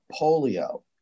polio